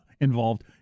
involved